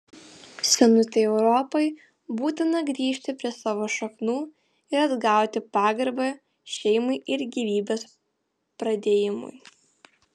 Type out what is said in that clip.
senutei europai būtina grįžti prie savo šaknų ir atgauti pagarbą šeimai ir gyvybės pradėjimui